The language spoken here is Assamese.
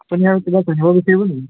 আপুনি আৰু কিবা জানিব বিচাৰিব নেকি